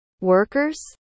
workers